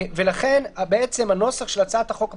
לכן הנוסח של הצעת החוק הפרטית,